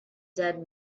dead